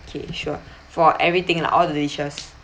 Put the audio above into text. okay sure for everything lah all the dishes